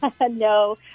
No